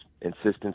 insistence